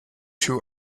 too